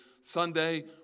Sunday